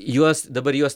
juos dabar juos